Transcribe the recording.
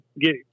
get –